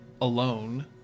alone